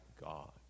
God